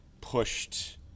pushed